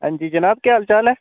हां जी जनाब केह् हाल चाल ऐ